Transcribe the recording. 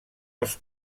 els